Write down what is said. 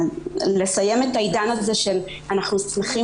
לסיים את העניין הזה שמוסדות אומרים: אנחנו שמחים